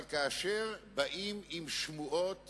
אבל כאשר באים עם שמועות